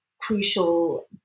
crucial